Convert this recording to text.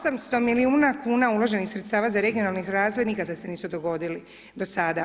800 milijuna kuna uloženih sredstava za regionalni razvoj, nikada se nisu dogodili do sada.